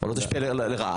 או לא תשפיע לרעה.